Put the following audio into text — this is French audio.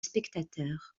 spectateur